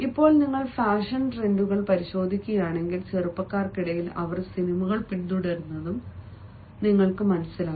ഇപ്പോൾ നിങ്ങൾ ഫാഷൻ ട്രെൻഡുകൾ പരിശോധിക്കുകയാണെങ്കിൽ ചെറുപ്പക്കാർക്കിടയിൽ അവർ സിനിമകൾ പിന്തുടരുന്നുണ്ടെന്നും നിങ്ങൾക്ക് മനസ്സിലാകും